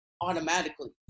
automatically